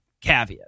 caveat